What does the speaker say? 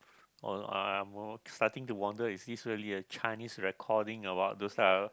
starting to wonder is this really a Chinese recording about those type of